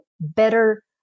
better